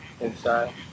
inside